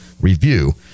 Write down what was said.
review